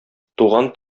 туган